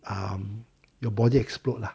um your body explode lah